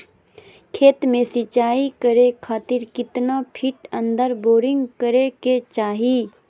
खेत में सिंचाई करे खातिर कितना फिट अंदर बोरिंग करे के चाही?